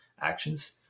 actions